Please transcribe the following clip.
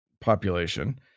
population